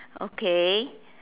okay